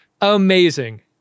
Amazing